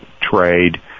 trade